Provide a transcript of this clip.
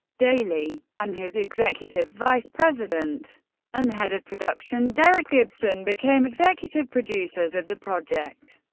daly and his executive vice president and head of production derek gibson became executive producers of the project.